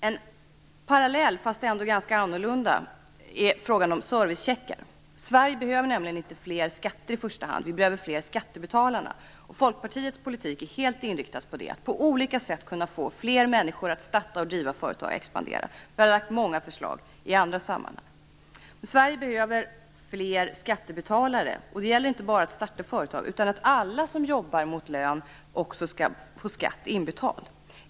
En parallell till detta, fast ändå ganska annorlunda, är frågan om servicecheckar. Sverige behöver nämligen inte fler skatter i första hand. Vi behöver fler skattebetalare. Folkpartiets politik är helt inriktad på att på olika sätt få fler människor att starta och driva företag och att expandera. Vi har lagt fram många förslag i andra sammanhang. Sverige behöver fler skattebetalare. Det gäller inte bara att starta företag. Alla som jobbar mot lön skall få skatt inbetald.